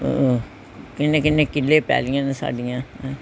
ਕਿੰਨੇ ਕਿੰਨੇ ਕਿੱਲੇ ਪੈਲੀਆਂ ਨੇ ਸਾਡੀਆਂ